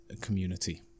community